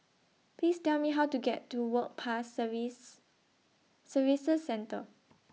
Please Tell Me How to get to Work Pass Service Services Centre